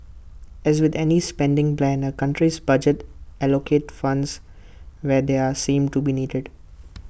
as with any spending plan A country's budget allocates funds where they are seen to be needed